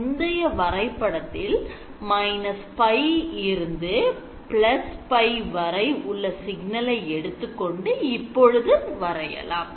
முந்திய வரைபடத்தில் - π π வரை உள்ள சிக்னலை எடுத்துக்கொண்டு இப்பொழுது வரையலாம்